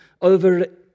over